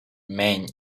men